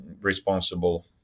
responsible